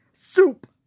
Soup